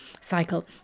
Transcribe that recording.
cycle